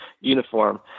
uniform